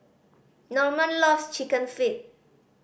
Normand loves Chicken Feet